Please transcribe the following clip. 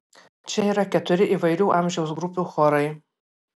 čia yra keturi įvairių amžiaus grupių chorai